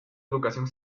educación